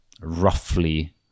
roughly